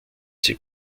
sie